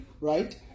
right